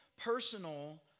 personal